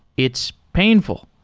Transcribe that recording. it's painful.